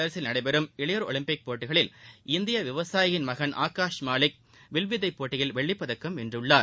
Buenos ஐரஸில் நடைபெறும் இளையோர் ஒலிம்பிக் போட்டிகளில் இந்திய விவசாயியின் மகன் ஆகாஷ் மாலிக் வில் வித்தை போட்டியில் வெள்ளிப்பதக்கம் வென்றுள்ளார்